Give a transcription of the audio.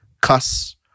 cuss